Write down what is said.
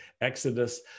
Exodus